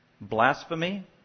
blasphemy